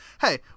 Hey